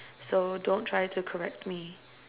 so don't try to correct me